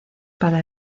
para